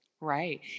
Right